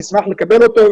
נשמח לקבל אותו,